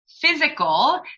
physical